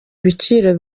ibiciro